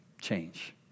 change